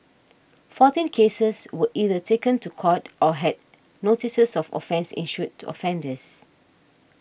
fourteen cases were either taken to court or had notices of offence issued to offenders